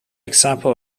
example